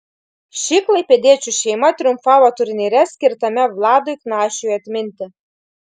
ši klaipėdiečių šeima triumfavo turnyre skirtame vladui knašiui atminti